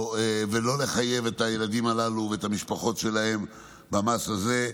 ולא לחייב את הילדים הללו ואת המשפחות שלהם במס הזה.